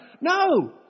No